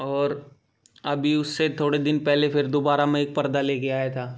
और अभी उससे थोड़े दिन पहले फ़िर दोबारा मैं एक पर्दा लेकर आया था